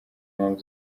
mpamvu